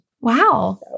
Wow